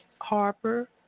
Harper